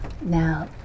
Now